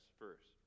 first